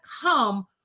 come